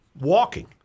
walking